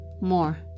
more